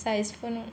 साइजपण